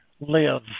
live